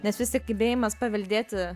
nes vis tik gebėjimas paveldėti